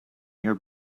your